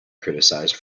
criticized